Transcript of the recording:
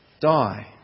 die